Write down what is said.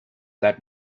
that